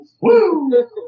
Woo